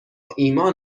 ایمان